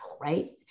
right